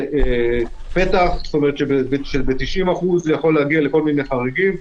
זה פתח שב-90% יכול להגיע לכל מיני חריגים,